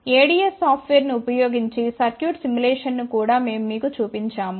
ADS సాఫ్ట్వేర్ను ఉపయోగించి circuit simulation ను కూడా మేము మీకు చూపించాము